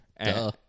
Duh